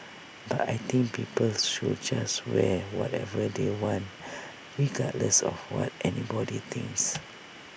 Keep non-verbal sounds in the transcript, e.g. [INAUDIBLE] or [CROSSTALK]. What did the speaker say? but I think people should just wear whatever they want regardless of what anybody thinks [NOISE]